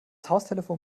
haustelefon